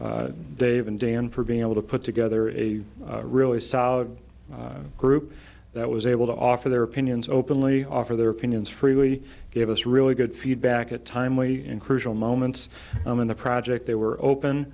dave and dan for being able to put together a really solid group that was able to offer their opinions openly offer their opinions freely gave us really good feedback a timely in crucial moments i'm in the project they were open